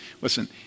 Listen